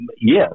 yes